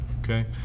Okay